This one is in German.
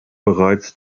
bereits